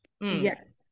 Yes